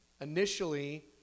Initially